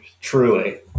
truly